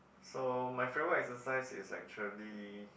so my favorite exercise is actually